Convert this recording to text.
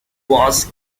was